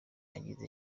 ageza